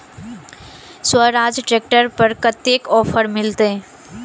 Swaraj tractor पर कतेक offer मिलते?